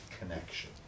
connection